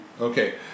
Okay